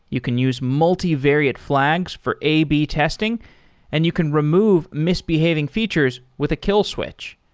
you can use multi-varied flags for a b testing and you can remove misbehaving features with a kill switch.